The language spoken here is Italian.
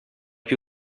più